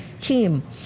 team